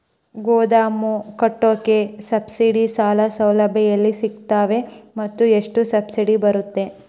ಗೋದಾಮು ಕಟ್ಟೋಕೆ ಸಬ್ಸಿಡಿ ಸಾಲ ಸೌಲಭ್ಯ ಎಲ್ಲಿ ಸಿಗುತ್ತವೆ ಮತ್ತು ಎಷ್ಟು ಸಬ್ಸಿಡಿ ಬರುತ್ತೆ?